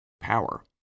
power